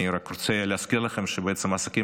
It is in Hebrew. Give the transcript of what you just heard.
אני רק רוצה להזכיר לכם שבעצם העסקים